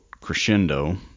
Crescendo